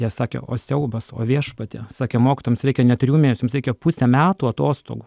jie sakė o siaubas o viešpatie sakė mokytojams reikia ne trijų mėnesių jums reikia pusę metų atostogų